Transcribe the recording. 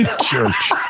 church